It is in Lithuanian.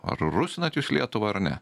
ar rusinat jūs lietuvą ar ne